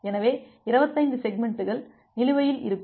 எனவே 25 செக்மெண்ட்கள் நிலுவையில் இருக்கும்